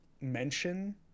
mention